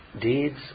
deeds